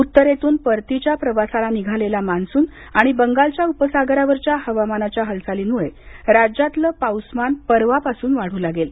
उत्तरेतून परतीच्या प्रवासाला निघालेला मान्सून आणि बंगालच्या उपसागरावरच्या हवामानाच्या हालचालीमुळे राज्यातलं पाऊसमान परवापासून वाढू लागेल